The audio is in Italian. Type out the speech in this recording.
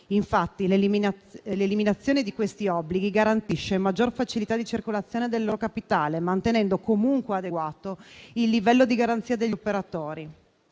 L'eliminazione di questi obblighi garantisce maggior facilità di circolazione del loro capitale, mantenendo comunque adeguato il livello di garanzia degli operatori.